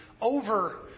over